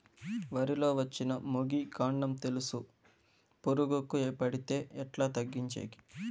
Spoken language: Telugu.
వరి లో వచ్చిన మొగి, కాండం తెలుసు పురుగుకు పడితే ఎట్లా తగ్గించేకి?